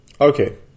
Okay